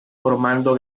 formando